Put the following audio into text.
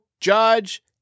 Judge